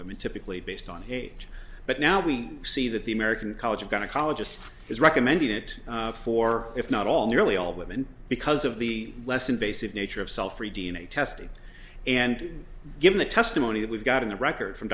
women typically based on age but now we see that the american college of going to college just is recommending it for if not all nearly all women because of the less invasive nature of self d n a testing and given the testimony that we've got in the record from